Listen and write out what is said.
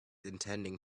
intending